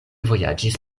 vojaĝis